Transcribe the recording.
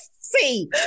see